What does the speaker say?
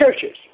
churches